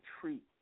treat